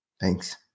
Thanks